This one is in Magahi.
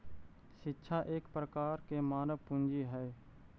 शिक्षा एक प्रकार के मानव पूंजी हइ